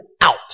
out